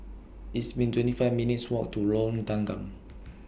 It's been twenty five minutes' Walk to Lorong Tanggam